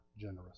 generous